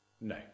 No